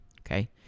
okay